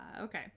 okay